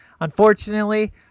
unfortunately